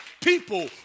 people